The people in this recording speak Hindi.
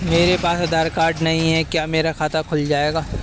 मेरे पास आधार कार्ड नहीं है क्या मेरा खाता खुल जाएगा?